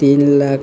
तीन लाख